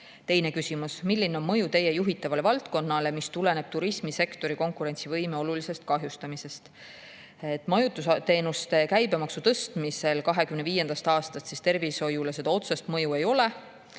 Teine küsimus: "Milline on mõju Teie juhitavale valdkonnale, mis tuleneb turismisektori konkurentsivõime olulisest kahjustamisest?" Majutusteenuste käibemaksu tõstmisel 2025. aastast tervishoiule otsest mõju ei ole.